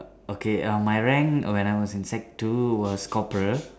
okay um my rank when I was in sec two was corporal